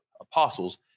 apostles